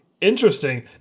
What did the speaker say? Interesting